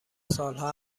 سالها